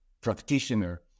practitioner